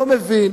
אני לא מבין